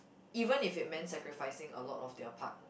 even if it meant sacrificing a lot of their part